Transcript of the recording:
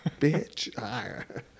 bitch